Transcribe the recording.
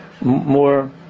More